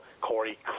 Corey